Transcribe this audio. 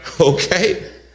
Okay